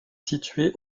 située